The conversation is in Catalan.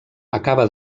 acaba